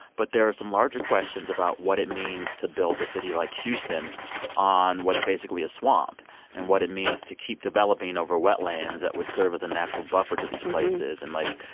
but there are some larger questions about what it means to build a city like houston on what's basically a swamp and what it means to keep developing over wetlands that would serve as a natural buffer to these places. and, like,